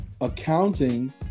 accounting